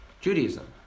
Judaism